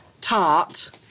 tart